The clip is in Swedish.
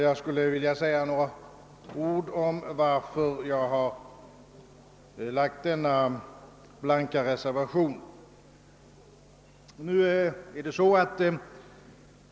Jag skulle vilja säga några ord om anledningen till denna blanka reservation.